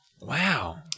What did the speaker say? Wow